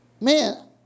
Man